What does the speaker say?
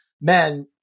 men